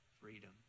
freedom